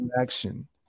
action